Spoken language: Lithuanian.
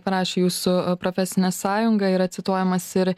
parašė jūsų profesinė sąjunga yra cituojamas ir